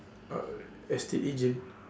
ah estate agent